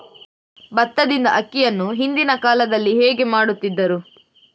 ಭತ್ತದಿಂದ ಅಕ್ಕಿಯನ್ನು ಹಿಂದಿನ ಕಾಲದಲ್ಲಿ ಹೇಗೆ ಮಾಡುತಿದ್ದರು?